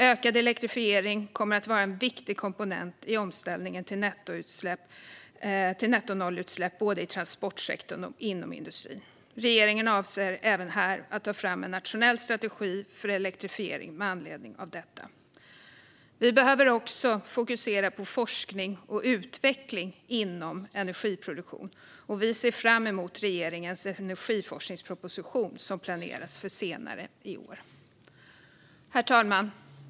Ökad elektrifiering kommer att vara en viktig komponent i omställningen till nettonollutsläpp både i transportsektorn och inom industrin, och regeringen avser att ta fram en nationell strategi för elektrifiering med anledning av detta. Vi behöver även fokusera på forskning och utveckling inom energiproduktion, och vi ser fram emot regeringens energiforskningsproposition som planeras till senare i år. Herr talman!